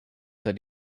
that